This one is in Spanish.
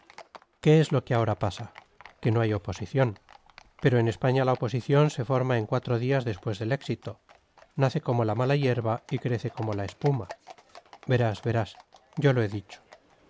qué es lo que ahora pasa que no hay oposición pero en españa la oposición se forma en cuatro días después del éxito nace como la mala hierba y crece como la espuma verás verás yo lo he dicho